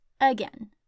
Again